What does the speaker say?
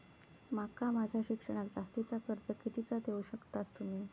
माका माझा शिक्षणाक जास्ती कर्ज कितीचा देऊ शकतास तुम्ही?